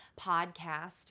Podcast